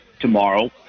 tomorrow